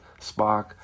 Spock